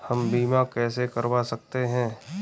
हम बीमा कैसे करवा सकते हैं?